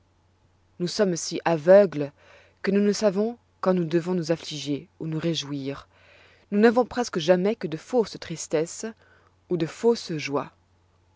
nous sommes si aveugles que nous ne savons quand nous devons nous affliger ou nous réjouir nous n'avons presque jamais que de fausses tristesses ou de fausses joies